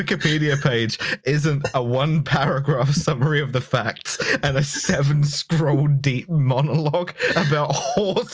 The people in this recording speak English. wikipedia page isn't a one-paragraph summary of the facts, and a seven-scroll deep monologue about horse